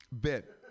bit